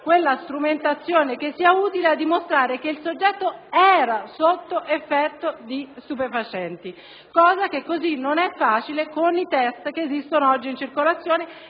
una strumentazione che sia utile a dimostrare che il soggetto effettivamente era sotto l'effetto di stupefacenti, cosa che non è così facile con i test che esistono oggi in circolazione,